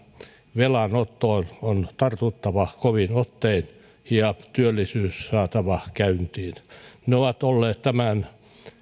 velanottoon on tartuttava kovin ottein ja työllisyys saatava käyntiin ne ovat olleet tämän